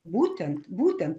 būtent būtent